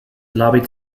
lobbied